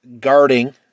guarding